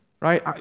Right